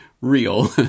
real